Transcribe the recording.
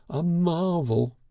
a marvel.